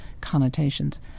connotations